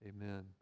amen